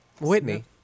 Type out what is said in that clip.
Whitney